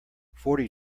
forty